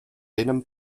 tenen